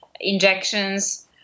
injections